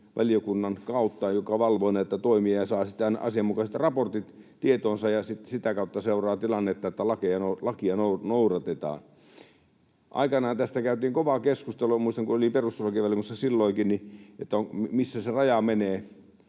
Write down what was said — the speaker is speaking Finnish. valiokunnan kautta, joka valvoo näitä toimia ja sitten aina saa asianmukaiset raportit tietoonsa ja sitä kautta seuraa tilannetta, että lakia noudatetaan. Aikanaan tästä käytiin kovaa keskustelua — muistan, kun olin perustuslakivaliokunnassa silloinkin — missä se raja menee.